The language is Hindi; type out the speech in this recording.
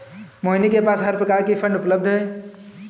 मोहिनी के पास हर प्रकार की फ़ंड उपलब्ध है